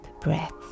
breath